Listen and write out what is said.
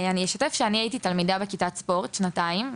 אני רוצה לשתף שהייתי תלמידה בכיתת ספורט במשך שנתיים,